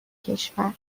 کشور